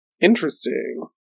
Interesting